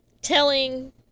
telling